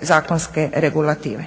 zakonske regulative.